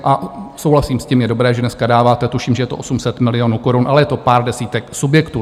A souhlasím s tím, je dobré, že dneska dáváte, tuším, že je to 800 milionů korun, ale je to pár desítek subjektů.